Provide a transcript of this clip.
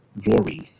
glory